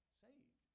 saved